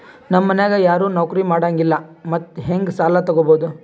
ನಮ್ ಮನ್ಯಾಗ ಯಾರೂ ನೌಕ್ರಿ ಮಾಡಂಗಿಲ್ಲ್ರಿ ಮತ್ತೆಹೆಂಗ ಸಾಲಾ ತೊಗೊಬೌದು?